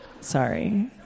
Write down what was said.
Sorry